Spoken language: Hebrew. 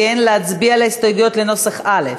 להצביע על ההסתייגויות לנוסח א',